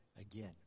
again